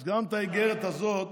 אז גם את האיגרת הזאת